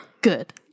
Good